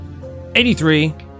83